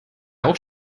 auch